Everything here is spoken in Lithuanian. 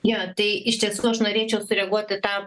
jo tai iš tiesų aš norėčiau sureaguot į tą